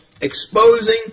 exposing